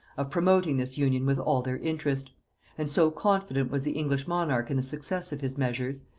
of promoting this union with all their interest and so confident was the english monarch in the success of his measures,